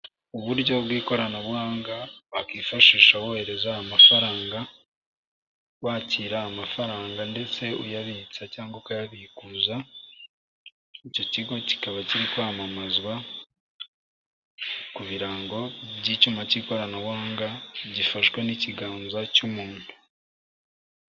Uburyo bw'ikoranabuhanga wakwifashisha wohereza amafaranga, wakira amafaranga ndetse uyabitsa cyangwa ukayabikuza, icyo kigo kikaba kiri kwamamazwa ku birango by'icyuma cy'ikoranabuhanga gifashwe n'ikiganza cy'umuntu.